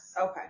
Okay